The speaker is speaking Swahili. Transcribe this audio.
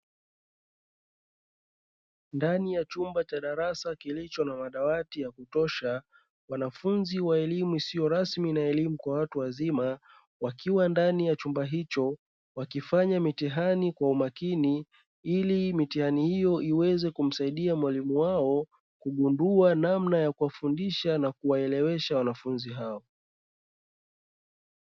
Ndani ya chumba cha darasa kilicho na madawati ya kutosha, wanafunzi wa elimu isiyo rasmi na elimu kwa watu wazima wakiwa ndani ya chumba hicho wakifanya mitihani kwa umakini, ili mitihani hiyo iweze kumsaidia mwalimu wao kugundua namna ya kuwafundisha na kuwaelewesha wanafunzi hao.